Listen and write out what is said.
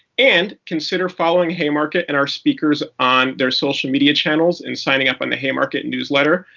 and consider following haymarket and our speakers on their social media channels and signing up on the haymarket newsletter.